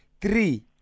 Three